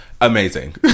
amazing